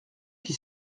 qui